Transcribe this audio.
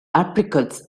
apricots